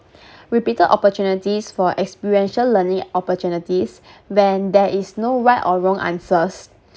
with bigger opportunities for experiential learning opportunities when there is no right or wrong answers